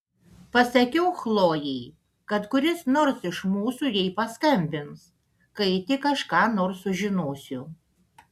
pasakiau chlojei kad kuris nors iš mūsų jai paskambins kai tik aš ką nors sužinosiu